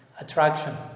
attraction